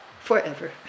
forever